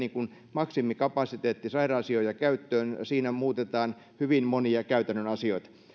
maksimikapasiteetti sairaansijoja käyttöön siinä muutetaan hyvin monia käytännön asioita